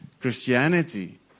Christianity